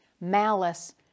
malice